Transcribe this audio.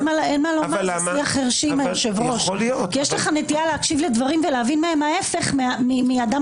יש לך נטייה להקשיב לדברים ולהבין ההפך מהאדם